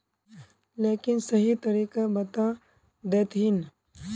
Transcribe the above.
लेकिन सही तरीका बता देतहिन?